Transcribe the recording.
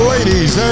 Ladies